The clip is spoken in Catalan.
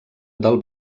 del